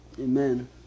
Amen